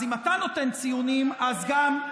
אז אם אתה נותן ציונים, אז גם,